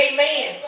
Amen